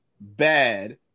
bad